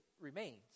remains